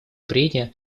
прения